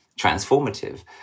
transformative